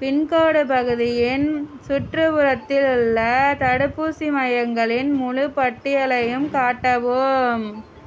pincode பகுதியின் சுற்றுப்புறத்தில் உள்ள தடுப்பூசி மையங்களின் முழுப் பட்டியலையும் காட்டவும்